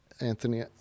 Anthony